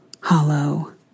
hollow